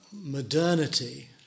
modernity